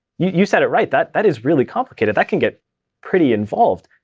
you said it right. that that is really complicated. that can get pretty involved.